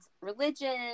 religion